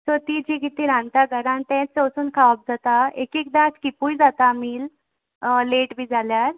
so ती जी कितें रांदता घरान तेंच वसून खावोप जाता एक एकदां स्किपूय जाता मील लेट बी जाल्यार